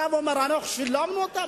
אתה בא ואומר: שילבנו אותם.